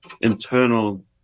internal